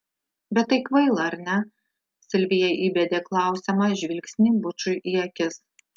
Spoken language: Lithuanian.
bet tai kvaila ar ne silvija įbedė klausiamą žvilgsnį bučui į akis